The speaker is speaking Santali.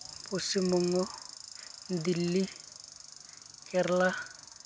ᱯᱚᱥᱪᱤᱢᱵᱚᱝᱜᱚ ᱫᱤᱞᱞᱤ ᱠᱮᱨᱟᱞᱟ